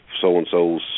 So-and-so's